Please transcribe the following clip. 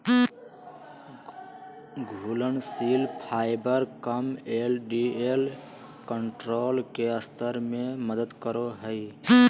घुलनशील फाइबर कम LDL cholesterol के स्तर में मदद करो हइ